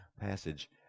passage